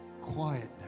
Quietness